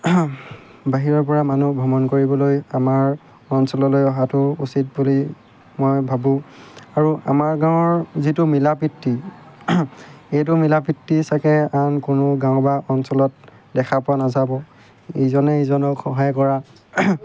বাহিৰৰপৰা মানুহ ভ্ৰমণ কৰিবলৈ আমাৰ অঞ্চললৈ অহাটো উচিত বুলি মই ভাবোঁ আৰু আমাৰ গাঁৱৰ যিটো মিলাপ্ৰীতি এইটো মিলাপ্ৰীতি চাগে আন কোনো গাঁও বা অঞ্চলত দেখা পোৱা নাযাব ইজনে ইজনক সহায় কৰা